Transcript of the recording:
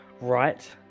right